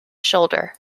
shoulder